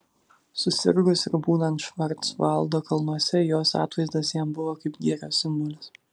susirgus ir būnant švarcvaldo kalnuose jos atvaizdas jam buvo kaip gėrio simbolis